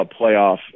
playoff